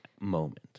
moment